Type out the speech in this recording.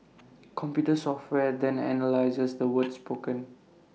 computer software then analyses the words spoken